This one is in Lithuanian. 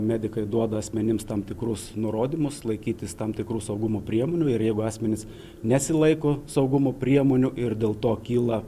medikai duoda asmenims tam tikrus nurodymus laikytis tam tikrų saugumo priemonių ir jeigu asmenys nesilaiko saugumo priemonių ir dėl to kyla